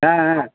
ಹಾಂ ಹಾಂ